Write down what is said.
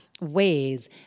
ways